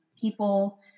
people